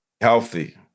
healthy